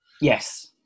Yes